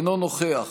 אינו נוכח